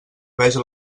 vegen